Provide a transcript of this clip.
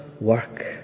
work